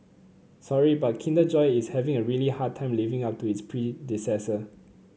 sorry but Kinder Joy is having a really hard time living up to its predecessor